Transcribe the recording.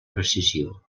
precisió